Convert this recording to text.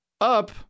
up